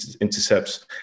intercepts